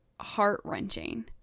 heart-wrenching